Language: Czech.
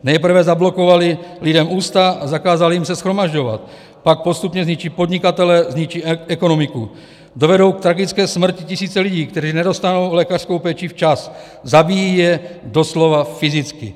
Nejprve zablokovali lidem ústa a zakázali jim se shromažďovat, pak postupně zničí podnikatele, zničí ekonomiku, dovedou k tragické smrti tisíce lidí, kteří nedostanou lékařskou péči včas, zabíjí je doslova fyzicky.